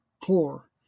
core